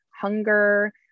hunger